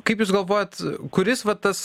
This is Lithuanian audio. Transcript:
kaip jūs galvojat kuris va tas